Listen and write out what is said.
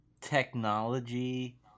technology